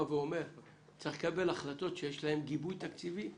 ואומר שצריך לקבל החלטות שיש להן גיבוי תקציבי,